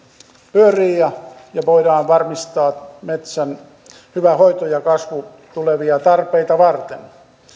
pyörii ja ja voidaan varmistaa metsän hyvä hoito ja kasvu tulevia tarpeita varten